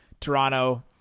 Toronto